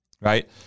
right